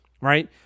right